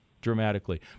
Dramatically